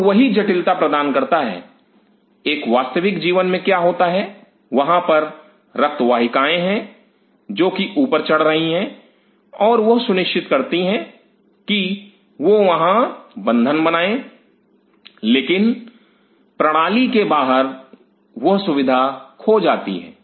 और वही जटिलता प्रदान करता है एक वास्तविक जीवन में क्या होता है वहां पर रक्त वाहिकाएं हैं जो कि ऊपर चढ़ रही हैं और वह सुनिश्चित करती हैं कि वह वहां बंधन बनाएं लेकिन प्रणाली के बाहर वह सुविधा खो जाती है